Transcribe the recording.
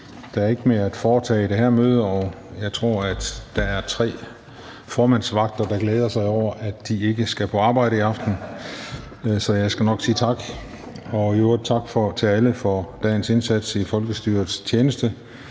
Der er ikke mere at foretage i det her møde. Og jeg tror, at der er tre formandsvagter, der glæder sig over, at de ikke skal på arbejde i aften, så jeg skal nok sige tak fra dem. Og i øvrigt vil jeg sige tak til alle for dagens indsats i folkestyrets tjeneste.